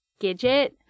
Gidget